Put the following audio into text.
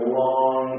long